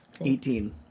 Eighteen